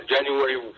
January